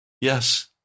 yes